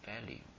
value